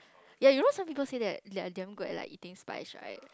ya you know some people say that they are damn good at eating spice right